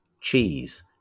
cheese